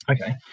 Okay